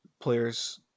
players